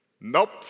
nope